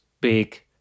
big